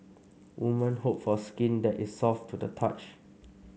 woman hope for skin that is soft to the touch